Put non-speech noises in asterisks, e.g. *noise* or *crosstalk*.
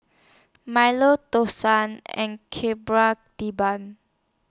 Milo Dosa and *unintelligible* Debal